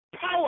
power